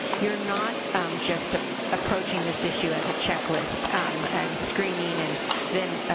you're not just approaching this issueas a checklist and screening and then,